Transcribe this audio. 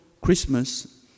Christmas